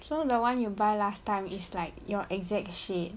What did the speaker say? so the [one] you buy last time is like your exact shade